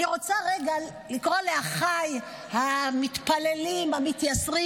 אני רוצה רגע לקרוא לאחיי המתפללים, המתייסרים.